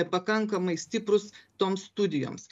pakankamai stiprūs toms studijoms